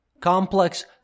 Complex